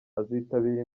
azitabira